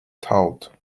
toad